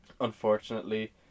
unfortunately